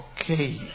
Okay